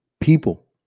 people